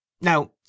Now